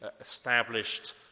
established